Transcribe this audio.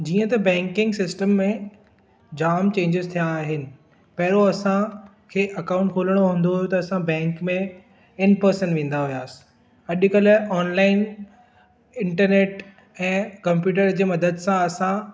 जीअं त banking system में जाम चेंजिस थिया आहिनि पहिरियों असां खे अकाउंट खोलिणो हूंदो हुओ त असां बैंक में इन पर्सन वेंदा हुआसीं अॼुकल्ह ऑनलाइन इंटरनेट ऐं कम्पयूटर जे मदद सां असां